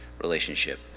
relationship